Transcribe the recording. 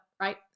right